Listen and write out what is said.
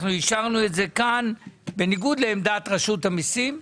אישרנו את זה כאן בניגוד לעמדת רשות המסים.